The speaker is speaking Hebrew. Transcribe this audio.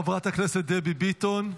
חברת הכנסת דבי ביטון,